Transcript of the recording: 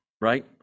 right